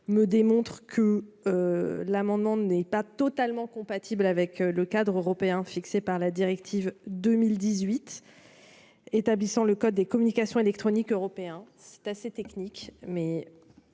toutefois que l'amendement n° 53 n'est pas totalement compatible avec le cadre européen fixé par la directive du 11 décembre 2018 établissant le code des communications électroniques européen. C'est assez technique et